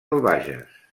bages